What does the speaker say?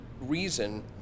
reason